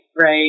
Right